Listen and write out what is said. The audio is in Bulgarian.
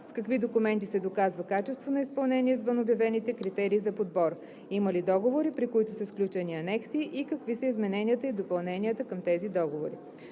С какви документи се доказва качество на изпълнение извън обявените критерии за подбор? Има ли договори, при които са сключени анекси и какви са измененията и допълненията на тези договори?